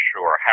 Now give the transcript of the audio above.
Sure